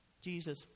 Jesus